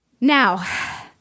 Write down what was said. Now